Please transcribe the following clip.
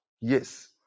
Yes